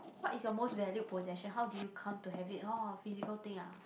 what is your most valued possession how do you come to have it oh physical thing ah